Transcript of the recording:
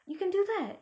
you can do that